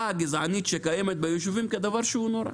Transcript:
הגזענית שקיימת ביישובים כדבר שהוא נורא,